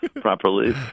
properly